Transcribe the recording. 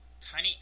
Tiny